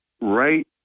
Right